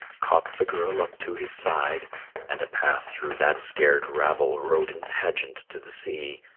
caught the girl up to his side and a path through that scared rabble rode in pageant to the sea.